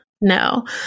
no